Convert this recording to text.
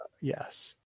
Yes